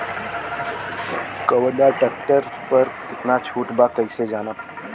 कवना ट्रेक्टर पर कितना छूट बा कैसे जानब?